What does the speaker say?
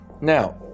Now